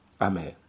Amen